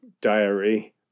diary